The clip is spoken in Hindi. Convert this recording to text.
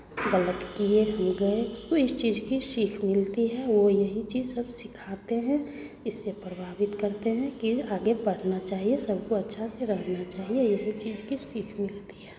गलत किये हम गये उसको इस चीज़ की सीख मिलती है वो यही चीज़ सब सिखाते हैं इससे प्रभावित करते हैं कि आगे पढ़ना चाहिए सबको अच्छा से रहना चाहिए यही चीज़ की सीख मिलती है